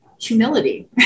humility